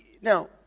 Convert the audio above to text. Now